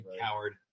coward